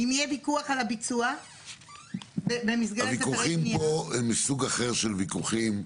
אם יהיה פיקוח על הביצוע --- הוויכוחים פה הם מסוג אחר של וויכוחים.